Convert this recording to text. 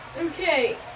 Okay